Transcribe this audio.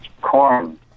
Corn